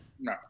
no